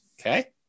Okay